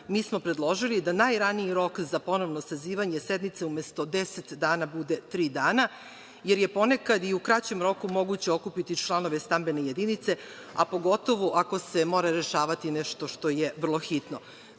mi smo predložili da najraniji rok za ponovno sazivanje sednice umesto 10 dana bude tri dana, jer je ponekad i u kraćem roku moguće okupiti članove stambene jedinice, a pogotovo ako se mora rešavati nešto što je vrlo hitno.